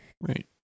right